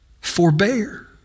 forbear